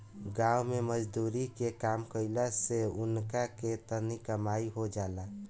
गाँव मे मजदुरी के काम कईला से उनका के तनी कमाई हो जाला